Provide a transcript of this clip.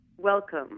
welcome